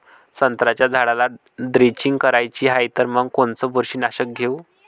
संत्र्याच्या झाडाला द्रेंचींग करायची हाये तर मग कोनच बुरशीनाशक घेऊ?